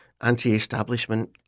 anti-establishment